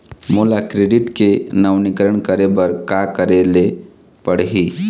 मोला क्रेडिट के नवीनीकरण करे बर का करे ले पड़ही?